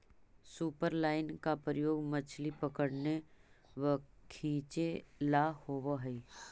superline का प्रयोग मछली पकड़ने व खींचे ला होव हई